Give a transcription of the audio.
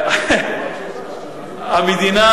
המדינה